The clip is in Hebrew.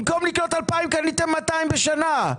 במקום לקנות 2,000 קניתם 200 בשנה.